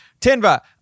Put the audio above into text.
tinva